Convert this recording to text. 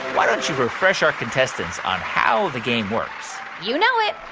why don't you refresh our contestants on how the game works? you know it.